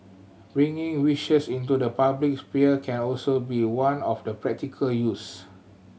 bringing wishes into the public sphere can also be one of the practical use